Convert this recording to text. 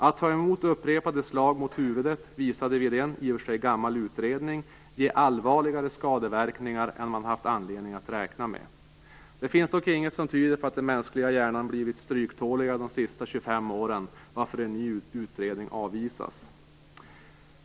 Att ta emot upprepade slag mot huvudet visade sig vid en, i och för sig gammal, utredning ge allvarligare skadeverkningar än man hade haft anledning att räkna med. Det finns dock inget som tyder på att den mänskliga hjärnan blivit stryktåligare de senaste 25 åren, varför en ny utredning avvisas.